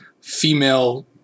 female